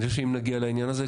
אני חושב שאם נגיע לעניין הזה,